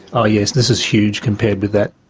oh yes, this is huge compared with that.